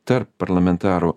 tarp parlamentarų